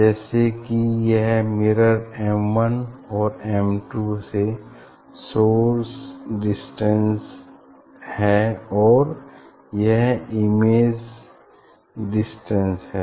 जैसे की यह मिरर एम वन और एम टू से सोर्स डिस्टेंस है और यह इमेज डिस्टेंस है